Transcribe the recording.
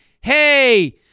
Hey